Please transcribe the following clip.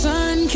Sun